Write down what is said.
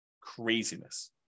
Craziness